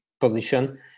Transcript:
position